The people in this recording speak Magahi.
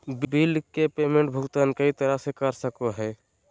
बिल के पेमेंट भुगतान कई तरह से कर सको हइ